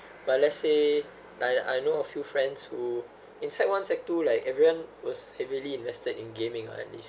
but let's say like I know a few friends who in sec one sec two like everyone was heavily invested in gaming ah at least